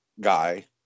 guy